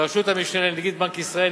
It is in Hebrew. בראשות המשנה לנגיד בנק ישראל,